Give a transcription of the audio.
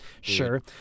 sure